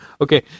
Okay